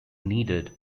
needed